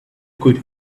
could